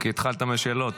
לא, כי התחלת מהשאלות.